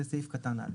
זה סעיף קטן א'.